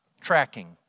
tracking